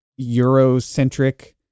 Eurocentric